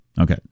Okay